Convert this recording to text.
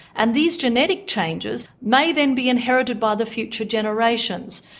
and these genetic changes may then be inherited by the future generations.